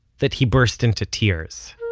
that he burst into tears